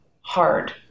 hard